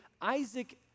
Isaac